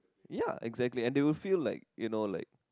ya exactly and they will feel like you know like